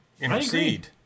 intercede